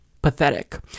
pathetic